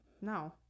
No